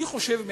אני חושב על